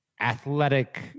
athletic